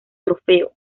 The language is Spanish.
trofeo